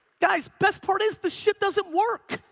guys, best part is, the shit doesn't work.